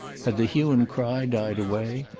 had the hue and cry died away,